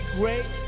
great